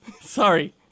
Sorry